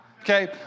okay